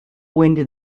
wind